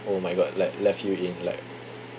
oh my god like left you in like